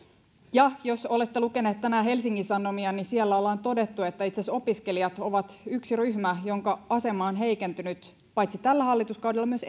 ja jos olette lukeneet tänään helsingin sanomia niin siellä ollaan todettu että itse asiassa opiskelijat ovat yksi ryhmä jonka asema on heikentynyt paitsi tällä hallituskaudella myös